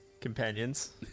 companions